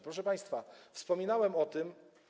Proszę państwa, wspominałem o tym.